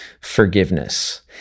forgiveness